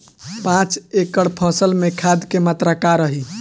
पाँच एकड़ फसल में खाद के मात्रा का रही?